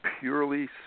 purely